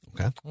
Okay